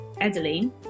Adeline